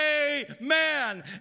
amen